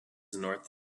north